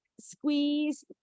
squeeze